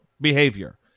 behavior